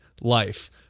life